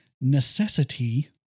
necessity